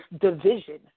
division